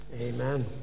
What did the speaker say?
Amen